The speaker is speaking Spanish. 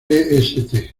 est